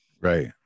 right